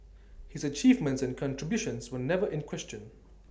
his achievements and contributions were never in question